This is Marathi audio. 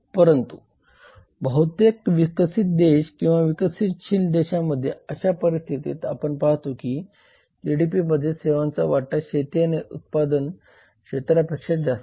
परंतु बहुतेक विकसित देश किंवा विकसनशील देशांमध्ये अशा परिस्थितीत आपण पाहतो की जीडीपीमध्ये सेवांचा वाटा शेती किंवा उत्पादन क्षेत्रापेक्षा जास्त आहे